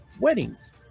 weddings